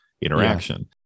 interaction